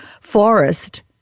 forest